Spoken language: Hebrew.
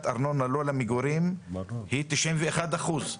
ארנונה לא למגורים היא תשעים ואחד אחוז.